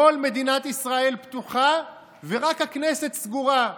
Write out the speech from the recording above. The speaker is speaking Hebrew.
כל מדינת ישראל פתוחה ורק הכנסת סגורה.